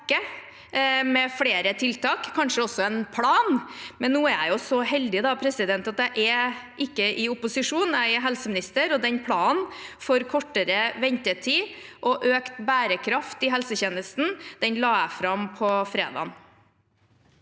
med flere tiltak, kanskje også en plan. Nå er jeg jo så heldig at jeg ikke er i opposisjon, jeg er helseminister, og den planen for kortere ventetid og økt bærekraft i helsetjenesten la jeg fram på fredag.